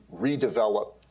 redevelop